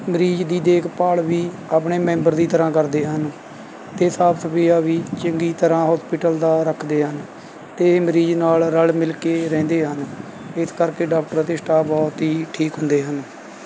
ਮਰੀਜ਼ ਦੀ ਦੇਖਭਾਲ ਵੀ ਆਪਣੇ ਮੈਂਬਰ ਦੀ ਤਰ੍ਹਾਂ ਕਰਦੇ ਹਨ ਅਤੇ ਸਾਫ਼ ਸਫ਼ਾਈਆਂ ਵੀ ਚੰਗੀ ਤਰ੍ਹਾਂ ਹੋਸਪਿਟਲ ਦਾ ਰੱਖਦੇ ਹਨ ਅਤੇ ਮਰੀਜ਼ ਨਾਲ ਰਲ਼ ਮਿਲ਼ ਕੇ ਰਹਿੰਦੇ ਹਨ ਇਸ ਕਰਕੇ ਡਾਕਟਰ ਅਤੇ ਸਟਾਫ ਬਹੁਤ ਹੀ ਠੀਕ ਹੁੰਦੇ ਹਨ